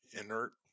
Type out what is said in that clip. inert